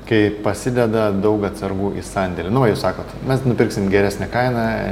kai pasideda daug atsargų į sandėlį nu va jūs sakot mes nupirksim geresne kaina